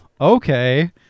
Okay